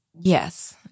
Yes